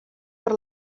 per